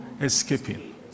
escaping